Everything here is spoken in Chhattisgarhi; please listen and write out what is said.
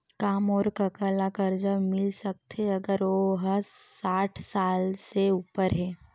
का मोर कका ला कर्जा मिल सकथे अगर ओ हा साठ साल से उपर हे?